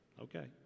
Okay